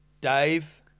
Dave